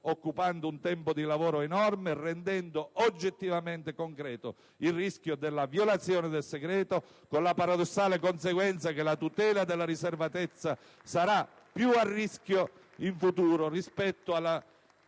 occupando un tempo di lavoro enorme e rendendo oggettivamente concreto il rischio della violazione del segreto, con la paradossale conseguenza che la tutela della riservatezza sarà più a rischio in futuro rispetto alla